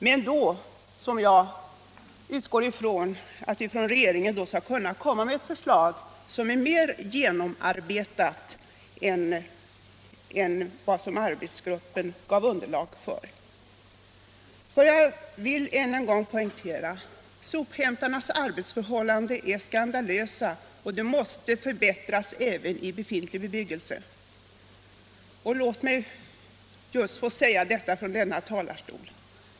Men jag utgår från att vi från regeringen skall kunna komma med ett förslag som är mer genomarbetat än det som arbetsgruppen gav underlag för. Jag vill än en gång poängtera: Sophämtarnas arbetsförhållanden är skandalösa, och de måste förbättras även i befintlig bebyggelse. Låt mig få säga detta från denna talarstol.